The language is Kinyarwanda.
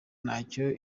ntacyo